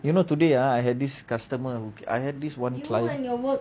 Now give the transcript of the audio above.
you know today I had this customer I had this one client